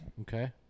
Okay